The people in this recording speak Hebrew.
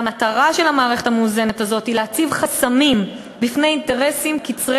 והמטרה של המערכת המאוזנת הזאת היא להציב חסמים בפני אינטרסים קצרי